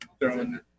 throwing –